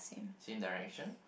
same direction